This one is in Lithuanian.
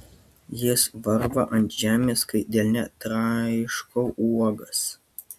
jis varva ant žemės kai delne traiškau uogas